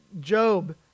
Job